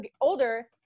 older